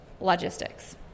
logistics